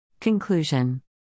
Conclusion